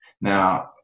Now